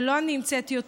ולא אני המצאתי אותו,